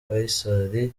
faisal